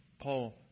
Paul